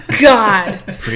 God